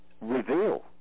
reveal